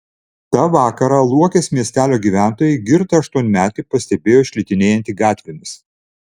tą vakarą luokės miestelio gyventojai girtą aštuonmetį pastebėjo šlitinėjantį gatvėmis